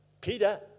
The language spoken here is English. Peter